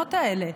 מהמכונות האלה,